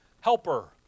Helper